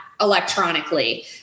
electronically